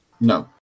no